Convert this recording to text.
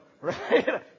right